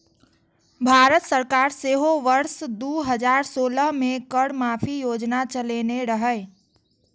भारत सरकार सेहो वर्ष दू हजार सोलह मे कर माफी योजना चलेने रहै